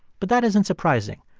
but that isn't surprising.